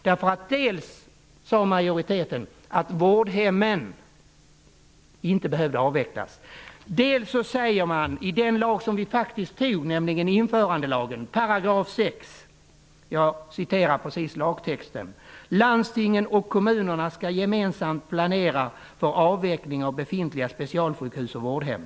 Dels menar majoriteten att vårdhemmen inte behöver avvecklas, dels framgår det av införandelagen, 6 §, att landstingen och kommunerna gemensamt skall planera för avveckling av befintliga specialistsjukhus och vårdhem.